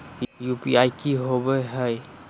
UPI की होवे है?